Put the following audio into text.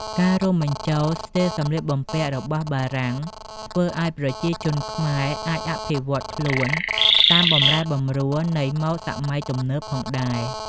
ការរួមបញ្ចូលស្ទីលសម្លៀកបំពាក់របស់បារាំងធ្វើឱ្យប្រជាជនខ្មែរអាចអភិវឌ្ឍខ្លួនតាមបម្រែបម្រួលនៃម៉ូដសម័យទំនើបផងដែរ។